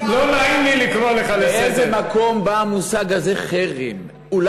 מי המציא את המושג הזה, חרם?